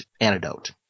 antidote